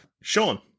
Sean